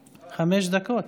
חבר הכנסת שלמה קרעי.